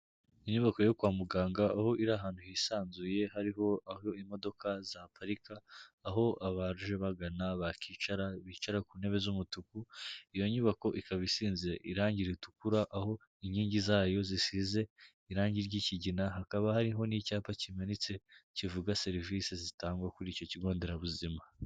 Inyubako yo kwa muganga aho iri ahantu hisanzuye hariho aho imodoka zaparika, aho abaje bagana bakicara, bicara ku ntebe z'umutuku, iyo nyubako ikaba isize irangi ritukura, aho inkingi zayo zisize irangi ry'ikigina, hakaba hariho n'icyapa kimanitse kivuga serivisi zitangwa kuri icyo Kigo Nderabuzima.